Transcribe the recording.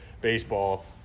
baseball